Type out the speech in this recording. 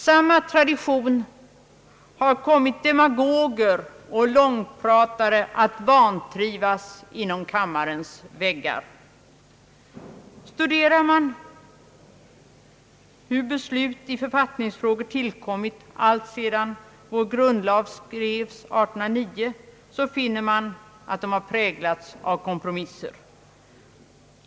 Samma tradition har kommit de magoger och långpratare att vantrivas inom kammarens väggar. Studerar man hur beslut i författningsfrågor tillkommit alltsedan vår grundlag skrevs 1809, finner man att dessa beslut präglats av kompromisser.